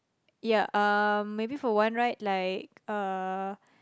ya um maybe for one ride like uh